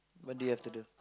when did you have to do